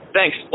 Thanks